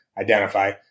Identify